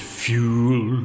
fuel